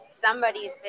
somebody's